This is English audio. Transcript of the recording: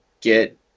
get